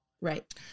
Right